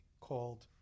called